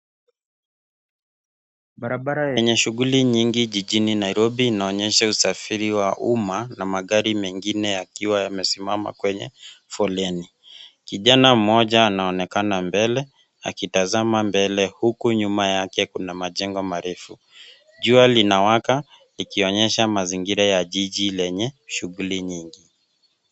Barabare yenye shuguli nyingi jijini Nairobi inaonyesha usafiri wa umma na magari mengine yakiwa yamesimama kwenye foleni. kijana mmoja anonekana mbele akitazama mbele huku nyuma yake kuna majengo marefu. Jua linawaka likionyesha mazingira ya jiji lenye shuguli nyingi.